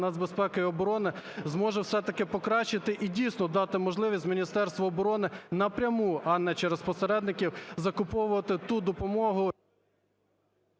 нацбезпеки і оборони зможе все-таки покращити і, дійсно, дати можливість Міністерству оборони на пряму, а не через посередників, закуповувати ту допомогу…